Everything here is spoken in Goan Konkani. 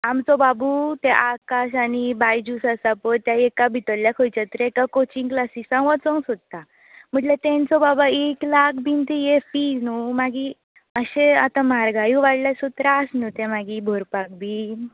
आमचो बाबू त्या आकाश आनी बायजूस आसा पळय ते एका भितरल्या खंयच्या तरी तो कोचींग क्लासिसांग वचूंक सोदता म्हणल्यार तांचो बाबा एक लाक बी ती हे फी न्हय मागीर अशें आतां म्हारगाई वाडल्या सो त्रास न्हय ते मागीर भरपाक बी